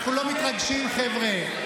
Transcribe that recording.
אנחנו לא מתרגשים, חבר'ה.